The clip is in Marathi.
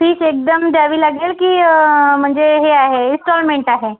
फीज एकदम द्यावी लागेल की म्हणजे हे आहे इस्टॉलमेंट आहे